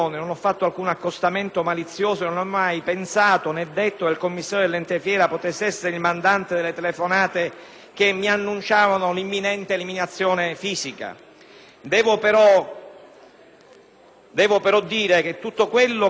che mi annunciavano l'imminente eliminazione fisica. Devo però dire che tutto quello che avevo denunciato attraverso un atto ispettivo firmato da me ma anche dal Capogruppo ha avuto riscontro nei fatti.